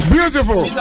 Beautiful